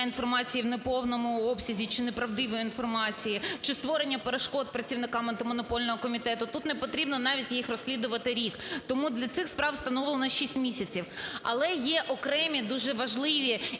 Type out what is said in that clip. інформації в неповному обсязі чи неправдивої інформації, чи створення перешкод працівникам Антимонопольного комітету, тут непотрібно навіть їх розслідувати рік. Тому для цих справ встановлено 6 місяців. Але є окремі дуже важливі